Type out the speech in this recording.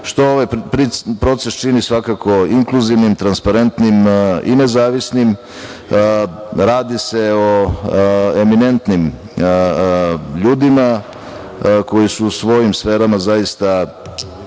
što ovaj proces čini svakako inkluzivnim, transparentnim i nezavisnim. Radi se o eminentnim ljudima koji su u svojim sferama zaista